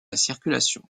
circulation